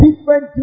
different